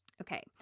Okay